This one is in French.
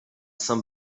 saint